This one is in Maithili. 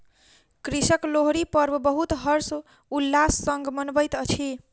कृषक लोहरी पर्व बहुत हर्ष उल्लास संग मनबैत अछि